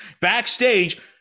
backstage